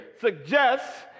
suggests